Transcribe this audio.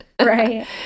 Right